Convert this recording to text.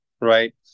right